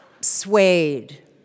suede